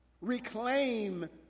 reclaim